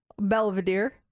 Belvedere